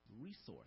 resource